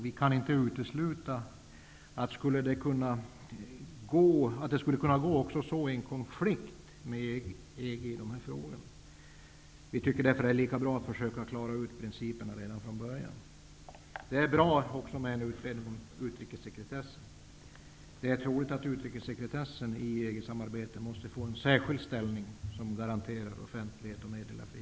Vi kan inte utesluta att det skulle kunna gå så också i en konflikt med EG om de här frågorna. Vi tycker därför att det är lika bra att försöka klara ut principerna redan från början. Det är bra att regeringen tillsätter en utredning om utrikessekretessen. Det är troligt att utrikessekretessen i regeringsarbetet måste få en särskild ställning som garanterar offentlighet och meddelarfrihet.